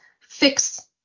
fix